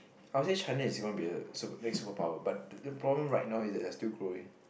I would say China is gonna be the the next world power but the problem right now is that they are still growing